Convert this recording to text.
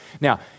Now